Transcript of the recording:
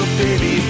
baby